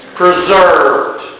preserved